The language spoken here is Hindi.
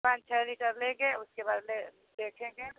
पाँच छः लीटर लेंगे उसके बाद ले देखेंगे